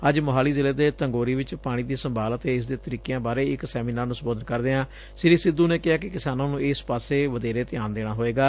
ਅੱਜ ਮੁਹਾਲੀ ਜ਼ਿਲ੍ਹੇ ਦੇ ਤੰਗੋਰੀ ਚ ਪਾਣੀ ਦੀ ਸੰਭਾਲ ਅਤੇ ਇਸ ਦੇ ਤਰੀਕਿਆਂ ਬਾਰੇ ਇਕ ਸੈਮੀਨਾਰ ਨੂੰ ਸੰਬੋਧਨ ਕਰਦਿਆਂ ਸ੍ਰੀ ਸਿੱਧੁ ਨੇ ਕਿਹਾ ਕਿ ਕਿਸਾਨਾਂ ਨੂੰ ਇਸ ਪਾਸੇ ਵਧੇਰੇ ਧਿਆਨ ਦੇਣਾ ਹੋਏਗਾ